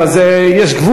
אבל יש גבול,